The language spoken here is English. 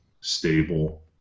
stable